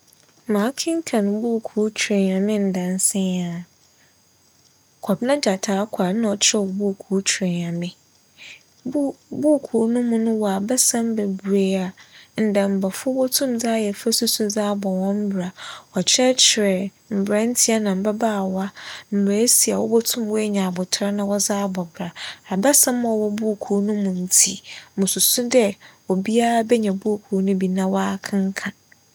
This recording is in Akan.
Makenkan buukuu Twer Nyame ndaansa yi ara. Kͻbena Gyatɛ Aͻquah na ͻkyerɛw buukuu Twer Nyame. Buu- Buukuu no mu no wͻ abasɛm bebiree a ndɛmbafo botum dze ayɛ fasusu dze abͻ hͻn bra. ͻkyerɛkyerɛ mbrantsɛ na mbabaawa mbrɛesi a wobotum enya abotar na wͻdze abͻ hͻn bra. Abasɛm a ͻwͻ buukuu no mu no ntsi mususu dɛ obiaa benya buukuu no bi na ͻakenkan.